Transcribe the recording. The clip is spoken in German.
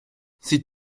sie